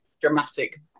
dramatic